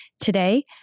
Today